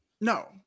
No